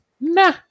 nah